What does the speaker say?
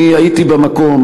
אני הייתי במקום,